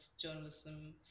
journalism